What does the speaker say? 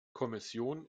kommission